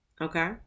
okay